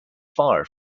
far